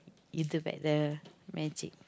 is do back the magic